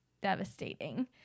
devastating